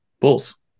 Bulls